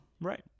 Right